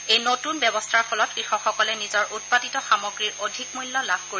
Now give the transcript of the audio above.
এই নতুন ব্যৱস্থাৰ ফলত কৃষকসকলে নিজৰ উৎপাদিত সামগ্ৰীৰ অধিক মূল্য লাভ কৰিব